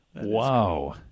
Wow